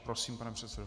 Prosím, pane předsedo.